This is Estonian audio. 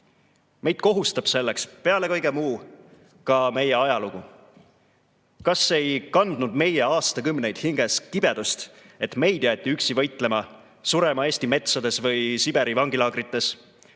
Meid kohustab selleks peale kõige muu ka meie ajalugu. Kas ei kandnud meie aastakümneid hinges kibedust, et meid jäeti üksi võitlema, surema Eesti metsades või Siberi vangilaagrites